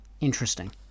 Interesting